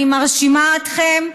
אני מאשימה אתכם,